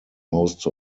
most